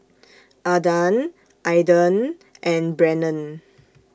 Adan Aidan and Brennon